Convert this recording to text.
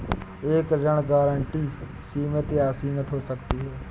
एक ऋण गारंटी सीमित या असीमित हो सकती है